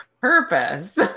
purpose